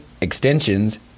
extensions